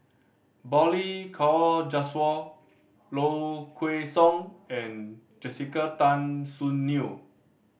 Balli Kaur Jaswal Low Kway Song and Jessica Tan Soon Neo